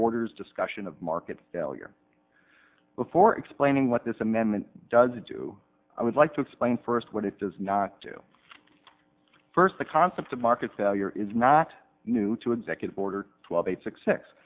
orders discussion of market failure before explaining what this amendment does do i would like to explain first what it does not do first the concept of market failure is not new to executive order twelve six six